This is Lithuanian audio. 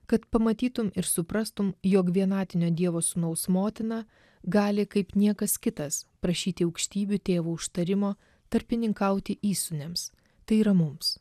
kad pamatytum ir suprastum jog vienatinio dievo sūnaus motina gali kaip niekas kitas prašyti aukštybių tėvo užtarimo tarpininkauti įsūniams tai yra mums